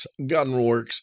gunworks